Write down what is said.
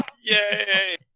Yay